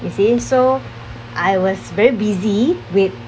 you see so I was very busy with